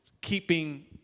keeping